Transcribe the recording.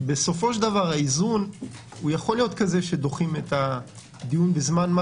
בסופו של דבר האיזון יכול להיות כזה שדוחים את הדיון בזמן מה